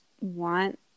want